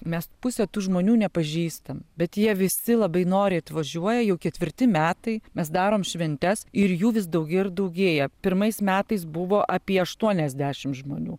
mes pusė tų žmonių nepažįstam bet jie visi labai nori atvažiuoja jau ketvirti metai mes darome šventes ir jų vis daugėja ir daugėja pirmais metais buvo apie aštuoniasdešim žmonių